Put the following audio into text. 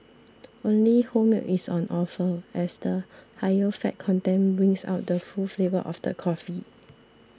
only whole milk is on offer as the higher fat content brings out the full flavour of the coffee